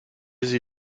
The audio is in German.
sie